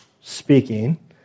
speaking